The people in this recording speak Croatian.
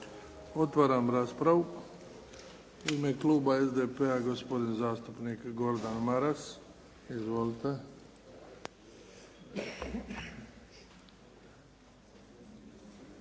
Otvaram raspravu. U ime kluba SDP-a, gospodin zastupnik Gordan Maras. Izvolite.